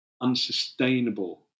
unsustainable